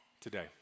today